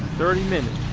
thirty minutes